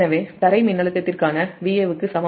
எனவே இது சமச்சீர் Y இணைக்கப்பட்ட சுமை